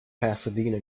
pasadena